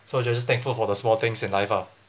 so just thankful for the small things in life ah